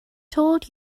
told